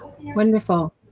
wonderful